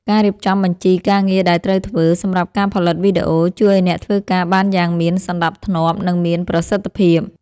ការរៀបចំបញ្ជីការងារដែលត្រូវធ្វើ សម្រាប់ការផលិតវីដេអូ ជួយឱ្យអ្នកធ្វើការបានយ៉ាងមានសណ្ដាប់ធ្នាប់ និងមានប្រសិទ្ធភាព។